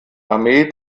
armee